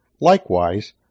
Likewise